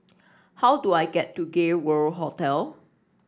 how do I get to Gay World Hotel